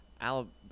Alabama